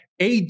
ad